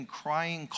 crying